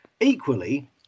Equally